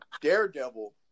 Daredevil